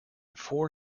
four